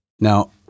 Now